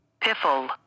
Piffle